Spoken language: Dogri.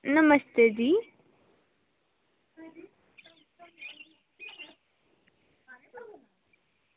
नमस्ते जी